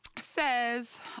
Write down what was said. says